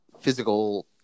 physical